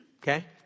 Okay